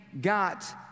got